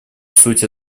суть